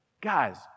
guys